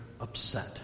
upset